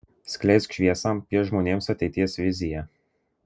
skleisk šviesą piešk žmonėms ateities viziją